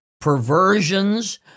perversions